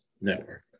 Network